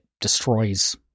destroys